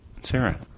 Sarah